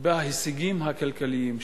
בהישגים הכלכליים שלה.